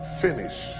finish